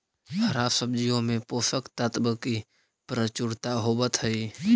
हरा सब्जियों में पोषक तत्व की प्रचुरता होवत हई